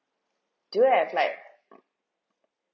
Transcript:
do you have like